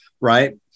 Right